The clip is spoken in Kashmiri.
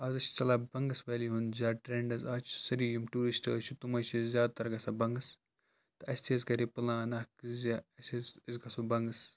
آز ٲسۍ چلان بَنٛگَس ویلِی ہُنٛد زِیادٕ ٹَرنٛڈ حظ اَز چھِ سٲرِی یِم ٹیورِسٹ حظ چھِ تِم حظ چھِ زِیادٕ تَر گژھان بَنٛگَس تہٕ اَسہِ تہِ حظ کَرے پٕلان اَکھ زِ اَسہِ أسۍ گَژھو بنٛگَس